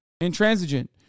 intransigent